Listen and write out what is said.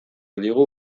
digu